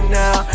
now